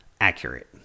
accurate